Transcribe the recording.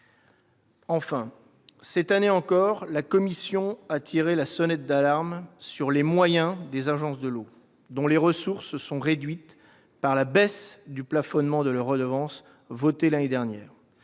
Enfin, cette année encore, la commission a tiré la sonnette d'alarme sur les moyens des agences de l'eau, dont les ressources sont réduites par la diminution du plafonnement de leurs redevances votée l'an dernier.